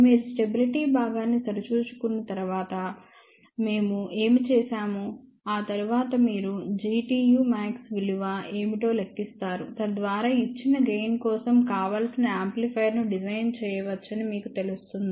మీరు స్టెబిలిటీ భాగాన్ని సరిచూసుకున్న తర్వాత మేము ఏమి చేసాము ఆ తరువాత మీరు Gtu max విలువ ఏమిటో లెక్కిస్తారు తద్వారా ఇచ్చిన గెయిన్ కోసం కావలసిన యాంప్లిఫైయర్ను డిజైన్ చేయవచ్చని మీకు తెలుస్తుంది